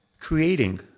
creating